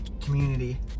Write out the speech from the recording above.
community